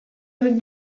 avec